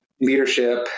leadership